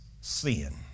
sin